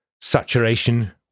Saturation